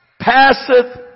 Passeth